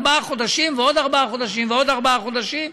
ארבעה חודשים ועוד ארבעה חודשים ועוד ארבעה חודשים.